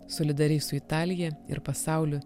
solidariai su italija ir pasauliu